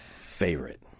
favorite